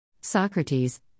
Socrates